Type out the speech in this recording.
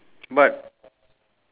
the head is on the ground